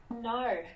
No